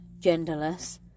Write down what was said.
genderless